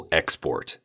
export